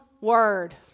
word